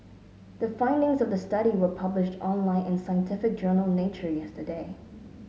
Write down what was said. the findings of the study were published online in scientific journal Nature yesterday